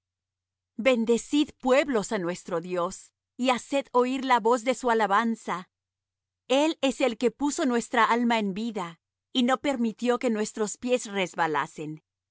bendecid pueblos á nuestro dios y haced oir la voz de su alabanza el es el que puso nuestra alma en vida y no permitió que nuestros pies resbalasen